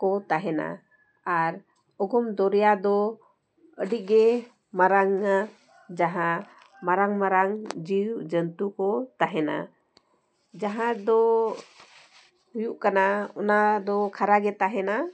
ᱠᱚ ᱛᱟᱦᱮᱱᱟ ᱟᱨ ᱚᱜᱚᱢ ᱫᱚᱨᱭᱟ ᱫᱚ ᱟᱹᱰᱤ ᱜᱮ ᱢᱟᱨᱟᱝᱟ ᱡᱟᱦᱟᱸ ᱢᱟᱨᱟᱝ ᱢᱟᱨᱟᱝ ᱡᱤᱣ ᱡᱚᱱᱛᱩ ᱠᱚ ᱛᱟᱦᱮᱱᱟ ᱡᱟᱦᱟᱸ ᱫᱚ ᱦᱩᱭᱩᱜ ᱠᱟᱱᱟ ᱚᱱᱟ ᱫᱚ ᱠᱷᱟᱨᱟᱜᱮ ᱛᱟᱦᱮᱱᱟ